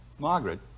Margaret